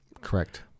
Correct